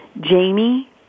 Jamie